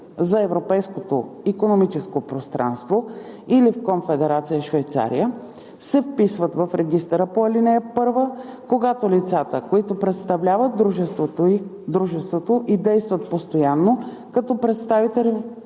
за Европейското икономическо пространство, или в Конфедерация Швейцария, се вписват в регистъра по ал. 1, когато лицата, които представляват дружеството и действат постоянно като представители